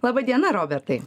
laba diena robertai